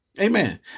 amen